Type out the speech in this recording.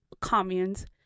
communes